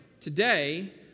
today